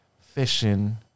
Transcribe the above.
fishing